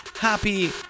happy